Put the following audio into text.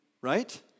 Right